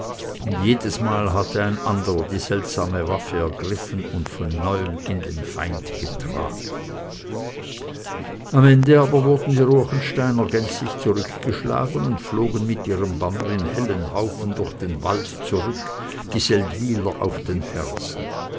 und jedesmal hatte ein anderer die seltsame waffe ergriffen und von neuem in den feind getragen am ende aber wurden die ruechensteiner gänzlich zurückgeschlagen und flohen mit ihrem banner in hellem haufen durch den wald zurück die seldwyler auf den fersen